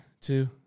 two